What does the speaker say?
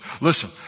listen